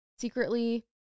secretly